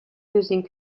using